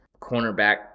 Cornerback